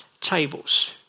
tables